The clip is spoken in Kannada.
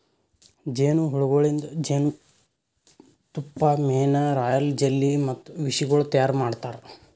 ಜೇನು ಹುಳಗೊಳಿಂದ್ ಜೇನತುಪ್ಪ, ಮೇಣ, ರಾಯಲ್ ಜೆಲ್ಲಿ ಮತ್ತ ವಿಷಗೊಳ್ ತೈಯಾರ್ ಮಾಡ್ತಾರ